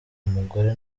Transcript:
umugore